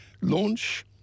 launch